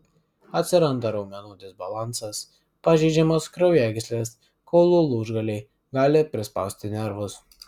atsiranda raumenų disbalansas pažeidžiamos kraujagyslės kaulų lūžgaliai gali prispausti nervus